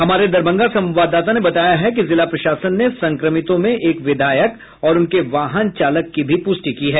हमारे दरभंगा संवाददाता ने बताया है कि जिला प्रशासन ने संक्रमितों में एक विधायक और उनके वाहन चालक की भी प्रष्टि की है